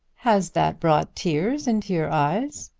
has that brought tears into your eyes?